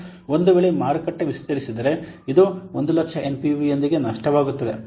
ಒಂದು ವೇಳೆ ಮಾರುಕಟ್ಟೆ ವಿಸ್ತರಿಸಿದರೆ ಇದು 100000 ಎನ್ಪಿವಿ ಯೊಂದಿಗೆ ನಷ್ಟವಾಗುತ್ತದೆ